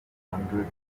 hundreds